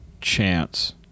chance